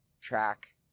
track